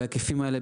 בהיקפים האלה,